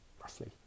roughly